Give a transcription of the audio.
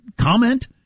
comment